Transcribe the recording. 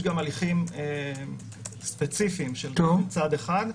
יש גם הליכים ספציפיים של צד אחד.